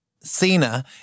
cena